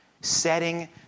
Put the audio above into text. setting